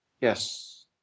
Yes